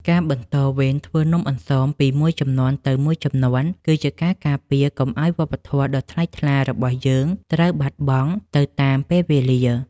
ការបន្តវេនធ្វើនំអន្សមពីមួយជំនាន់ទៅមួយជំនាន់គឺជាការការពារកុំឱ្យវប្បធម៌ដ៏ថ្លៃថ្លារបស់យើងត្រូវបាត់បង់ទៅតាមពេលវេលា។